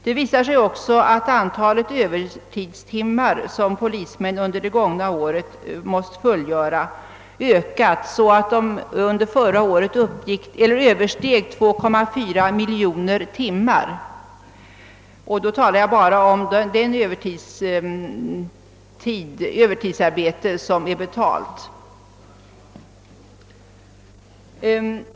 Det visar sig också att antalet övertidstimmar som polismän under det gångna året måste fullgöra ökat så, att det under år 1967 översteg 2,4 miljoner timmar — och då talar jag bara om det övertidsarbete som är betalt.